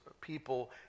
people